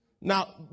Now